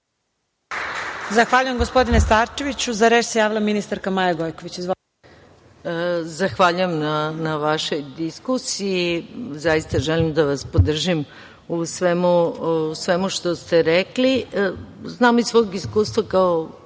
Zahvaljujem gospodine Starčeviću.Za reč se javila ministarka Maja Gojković. Izvolite. **Maja Gojković** Zahvaljujem na vašoj diskusiji. Zaista želim da vas podržim u svemu što ste rekli. Znam iz svog iskustva kao